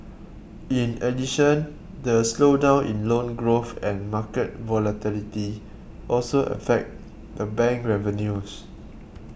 in addition the slowdown in loan growth and market volatility also affect the bank revenues